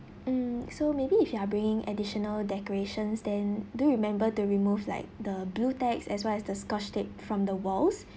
mm so maybe if you are bringing additional decorations then do remember to remove like the blue tags as well as the scotch tape from the walls